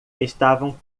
estavam